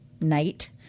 night